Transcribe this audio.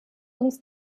uns